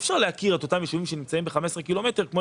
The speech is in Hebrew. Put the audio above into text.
אי-אפשר להכיר באותם יישובים שנמצאים ב-15 קילומטר